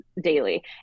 daily